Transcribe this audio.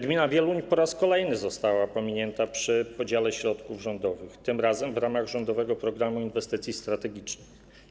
Gmina Wieluń po raz kolejny została pominięta przy podziale środków rządowych, tym razem w ramach rządowego Programu Inwestycji Strategicznych.